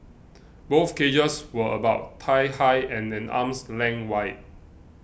both cages were about thigh high and an arm's length wide